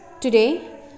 Today